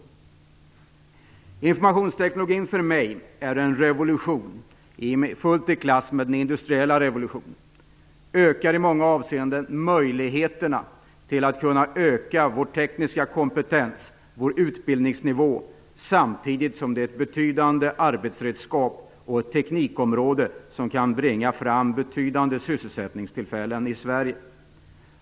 Informationsteknologin, som för mig medför en revolution fullt i klass med den industriella revolutionen, ökar i många avseenden möjligheterna till att öka vår tekniska kompetens och vår utbildningsnivå samtidigt som den utgör ett betydande arbetsredskap och ett teknikområde som kan bringa fram ett betydande antal sysselsättningstillfällen i Sverige.